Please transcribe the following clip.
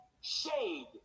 shade